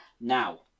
Now